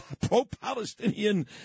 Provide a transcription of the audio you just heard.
pro-Palestinian